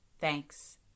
Thanks